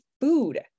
food